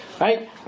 Right